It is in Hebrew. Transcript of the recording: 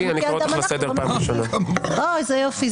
דבי, אני קורא אותך לסדר פעם ראשונה איזה יופי.